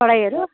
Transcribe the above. पढाइहरू